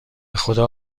بخدا